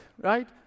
right